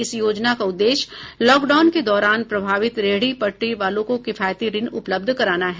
इस योजना का उद्देश्य लॉकडाउन के दौरान प्रभावित रेहड़ी पटरी वालों को किफायती ऋण उपलब्ध कराना है